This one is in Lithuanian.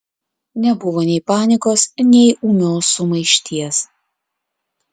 nebuvo nei panikos nei ūmios sumaišties